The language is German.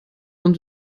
und